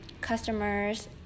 customers